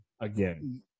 again